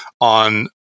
on